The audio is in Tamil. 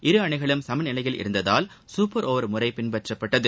இரு அணிகளும் சம நிலையில் இருந்ததால் சூப்பர் ஓவர் முறை பின்பற்றப்பட்டது